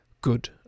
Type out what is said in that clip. Good